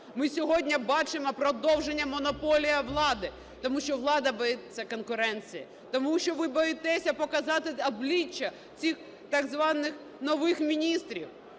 Ми сьогодні бачимо продовження монополії влади, тому що влада боїться конкуренції. Тому що ви боїтесь показати обличчя цих так званих нових міністрів,